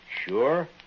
sure